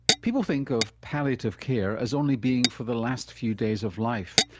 people think of palliative care as only being for the last few days of life,